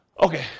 Okay